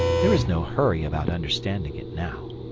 there is no hurry about understanding it now.